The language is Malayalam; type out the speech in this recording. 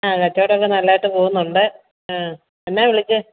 ആ കച്ചവടം ഒക്കെ നല്ലതായിട്ട് പോകുന്നുണ്ട് ആ എന്നാ വിളിച്ചേ